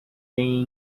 bem